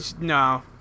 no